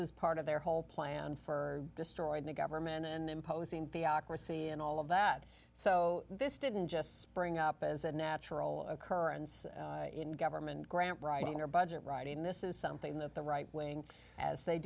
is part of their whole plan for destroying the government and imposing theocracy in all of that so this didn't just spring up as a natural occurrence in government grant writing your budget writing this is something that the right wing as they